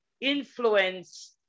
influence